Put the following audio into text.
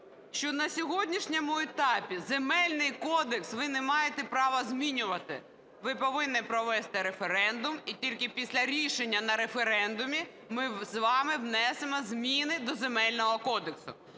що на сьогоднішньому етапі Земельний кодекс ви не маєте права змінювати. Ви повинні провести референдум, і тільки після рішення на референдумі ми з вами вносимо зміни до Земельного кодексу.